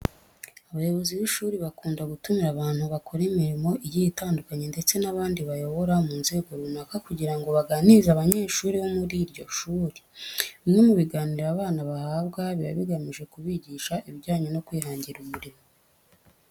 Abayobozi b'ishuri bakunda gutumira abantu bakora imirimo igiye itandukanye ndetse n'abandi bayobora mu nzego runaka kugira ngo baganirize abanyeshuri bo muri iryo shuri. Bimwe mu biganiro aba bana bahabwa biba bigamije kubigisha ibijyanye no kwihangira umurimo.